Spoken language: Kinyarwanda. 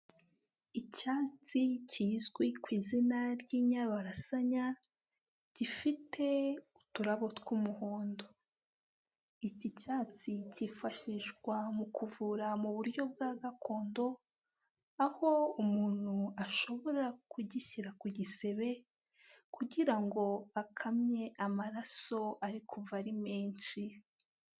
Icyatsi kizwi ku izina ry'inyabarasanya gifite uturabo tw'umuhondo. Iki cyatsi cyifashishwa mu kuvura mu buryo bwa gakondo, aho umuntu ashobora kugishyira ku gisebe kugira ngo akamye amaraso ari kuva ari menshi.